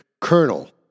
colonel